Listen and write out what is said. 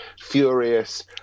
furious